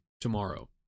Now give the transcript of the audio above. tomorrow